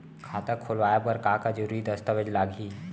खाता खोलवाय बर का का जरूरी दस्तावेज लागही?